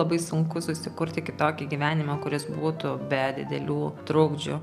labai sunku susikurti kitokį gyvenimą kuris būtų be didelių trukdžių